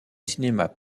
cinémas